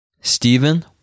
Stephen